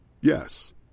Yes